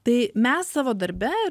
tai mes savo darbe